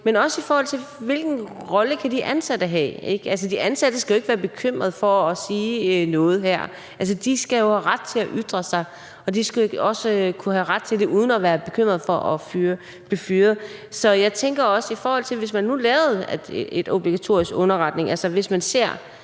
men også i forhold til, hvilken rolle de ansatte kan have. De ansatte skal jo ikke være bekymrede over at sige noget her. De skal jo have ret til at ytre sig, og de skal også have ret til det uden at være bekymret for at blive fyret. Så jeg tænker også, at hvis man nu lavede en obligatorisk underretning – altså, hvis man ser